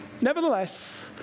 Nevertheless